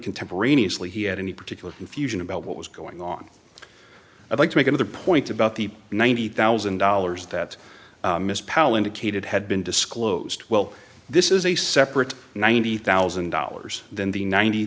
contemporaneously he had any particular confusion about what was going on i'd like to make another point about the ninety thousand dollars that mr powell indicated had been disclosed well this is a separate ninety thousand dollars than the ninety